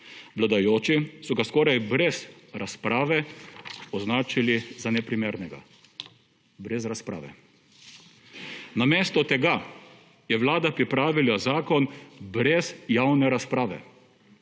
Vladajoči so ga skoraj brez razprave označili za neprimernega. Brez razprave. Namesto tega je vlada pripravila zakon brez javne razprave,